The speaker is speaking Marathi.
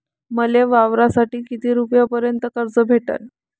मले वावरासाठी किती रुपयापर्यंत कर्ज भेटन?